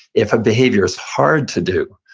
if a behavior is hard to do,